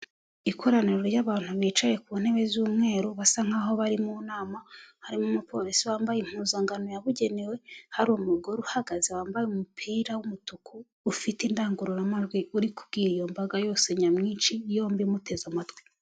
Ikoraniro ry'abantu bicaye ku ntebe z'umweru basa nkaho bari mu nama, harimo umupolisi wambaye impuzankano yabugenewe, hari umugore uhagaze wambaye umupira w'umutuku, ufite indangururamajwi uri kubwira iyo mbaga yose nyamwinshi yombi imuteze amatwi.